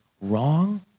wrong